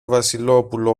βασιλόπουλο